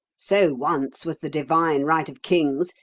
so once was the divine right of kings,